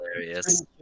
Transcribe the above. hilarious